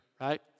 right